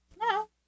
No